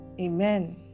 amen